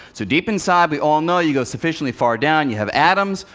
so deep inside we all know, you go sufficiently far down, you have atoms.